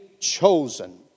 chosen